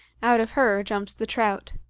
out of her jumps the trout.